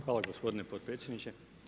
Hvala gospodine potpredsjedniče.